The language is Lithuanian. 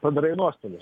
padarai nuostolių